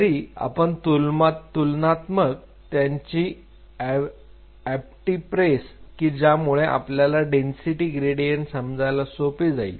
तरी आपण तुलनात्मक त्यांची ऑप्टिप्रेप की ज्यामुळे आपल्याला डेन्सिटी ग्रेडियंट समजायला सोपे जाईल